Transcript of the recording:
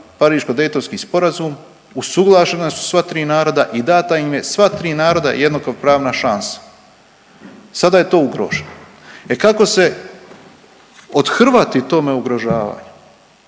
Pariško-daytonski sporazum, usuglašena su sva tri naroda i data im je sva tri naroda jednakopravna šansa, sada je to ugroženo. E kako se othrvati tome ugrožavanju,